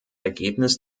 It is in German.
ergebnis